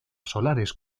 solares